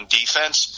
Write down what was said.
defense